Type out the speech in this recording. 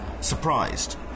surprised